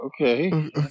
Okay